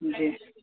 जी